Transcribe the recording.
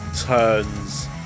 turns